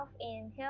inhale